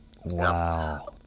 Wow